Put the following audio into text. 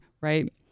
right